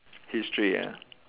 history ah